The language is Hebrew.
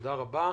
תודה רבה.